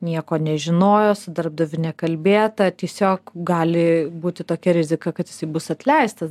nieko nežinojo su darbdaviu nekalbėta tiesiog gali būti tokia rizika kad jisai bus atleistas